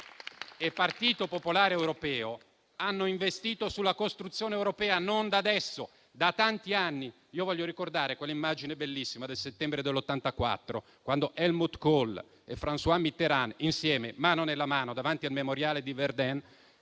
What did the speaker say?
e Partito popolare europeo hanno investito sulla costruzione europea non da adesso, ma da tanti anni. Voglio ricordare quell'immagine bellissima del settembre del 1984, quando Helmut Kohl e François Mitterrand, insieme, mano nella mano, davanti al memoriale di Verdun,